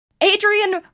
Adrian